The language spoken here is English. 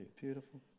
Beautiful